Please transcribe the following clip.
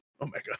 Omega